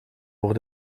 voor